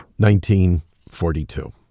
1942